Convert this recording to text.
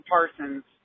Parsons